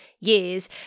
years